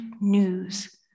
news